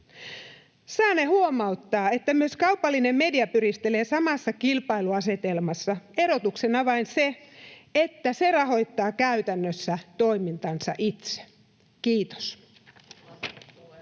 Saanen huomauttaa, että myös kaupallinen media pyristelee samassa kilpailuasetelmassa, erotuksena vain se, että se rahoittaa käytännössä toimintansa itse. — Kiitos.